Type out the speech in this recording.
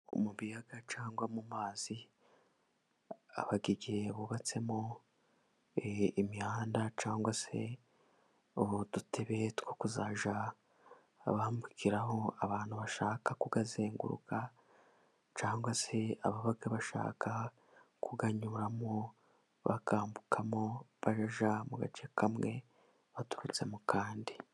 Mu biyaga cyangwa mu mazi, haba igihe bubatsemo imihanda, cyangwa se udutebe two kuzajya bambukiraho, abantu bashaka kuyazenguruka, cyangwa se ababa bashaka kuyanyuramo bakambukamo, bakajya mu gace kamwe baturutse mu kandi.